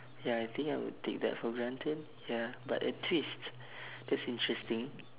ya I think I would take that for granted ya but a twist that's interesting